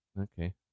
Okay